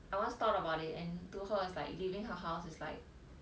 I once thought about it and to her is like leaving her house is like